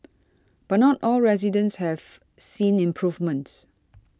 but not all residents have seen improvements